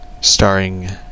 Starring